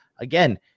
again